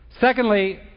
secondly